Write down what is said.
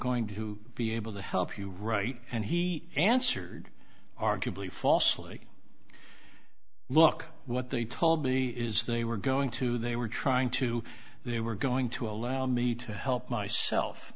going to be able to help you write and he answered arguably falsely look what they told me is they were going to they were trying to they were going to allow me to help myself